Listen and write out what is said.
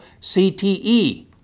CTE